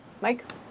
Mike